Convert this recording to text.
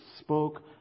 spoke